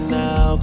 now